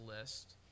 list